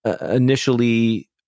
initially